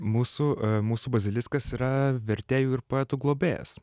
mūsų mūsų baziliskas yra vertėjų ir poetų globėjas